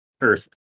earth